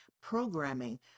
programming